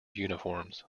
uniforms